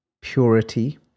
purity